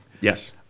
Yes